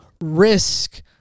risk